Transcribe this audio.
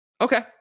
Okay